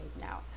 now